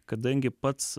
kadangi pats